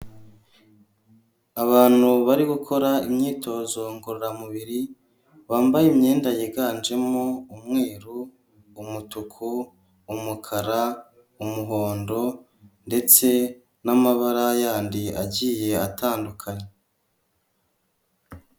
Abantu bari gukora imyitozo ngororamubiri bambaye imyenda yiganjemo umweru, umutuku, umukara, umuhondo ndetse n'amabara y'andi agiye atandukanye.